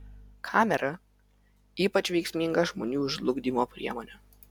kamera ypač veiksminga žmonių žlugdymo priemonė